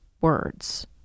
words